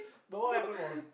but what happen was